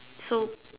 so